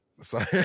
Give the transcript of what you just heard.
sorry